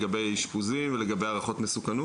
לגבי אשפוזים ולגבי הערכות מסוכנות.